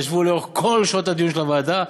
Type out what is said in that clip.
ישבו לאורך כל שעות הדיון של הוועדה,